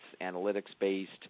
analytics-based